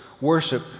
worship